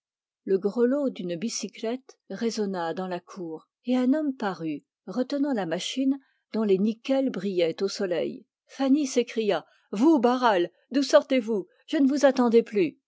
le grelot d'une bicyclette résonna dans la cour et un homme parut retenant la machine dont les nickels brillaient au soleil fanny s'écria vous barral d'où sortez-vous je ne vous attendais plus